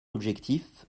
objectif